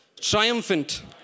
triumphant